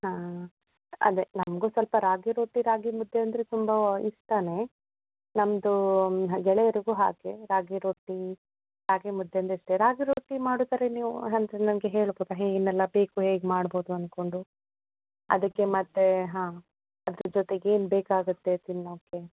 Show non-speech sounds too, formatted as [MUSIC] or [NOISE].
ಹಾಂ ಅದೇ ನಮಗು ಸ್ವಲ್ಪ ರಾಗಿ ರೊಟ್ಟಿ ರಾಗಿಮುದ್ದೆ ಅಂದರೆ ತುಂಬಾ ಇಷ್ಟನೇ ನಮ್ಮದು ಗೆಳೆಯರಿಗು ಹಾಗೆ ರಾಗಿ ರೊಟ್ಟಿ ರಾಗಿಮುದ್ದೆ ಅಂದರೆ ಇಷ್ಟ ರಾಗಿ ರೊಟ್ಟಿ ಮಾಡೋದಾರೆ ನೀವು [UNINTELLIGIBLE] ಹೇಳ್ಬೋದಾ ಏನು ಎಲ್ಲ ಬೇಕು ಹೇಗೆ ಮಾಡ್ಬೋದು ಅಂದ್ಕೊಂಡು ಅದಕ್ಕೆ ಮತ್ತೇ ಹಾಂ ಅದ್ರ ಜೊತೆಗೆ ಏನು ಬೇಕಾಗುತ್ತೆ ತಿನ್ನೋಕೆ